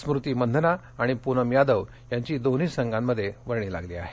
स्मृती मंधना आणि पूनम यादव यांची दोन्ही संघांमध्ये वर्णी लागली आहे